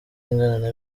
ingana